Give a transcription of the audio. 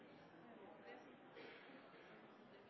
gå